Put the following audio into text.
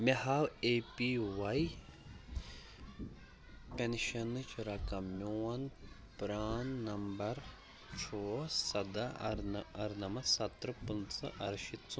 مےٚ ہاو A P Y پٮ۪نشَنٕچ رقم میون پرٛان نمبر چھُ سَداہ اَرنہ اَرنَمَتھ سَتتٕرٛہ پٕنٛژٕہ اَرشیٖتھ ژُ